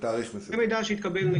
בתאריך מסוים.